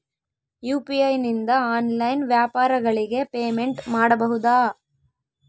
UPI ನಿಂದ online ವ್ಯಾಪಾರಗಳಿಗೆ payment ಮಾಡಬಹುದಾ?